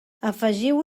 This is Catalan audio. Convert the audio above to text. afegiu